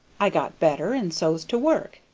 i got better and so's to work,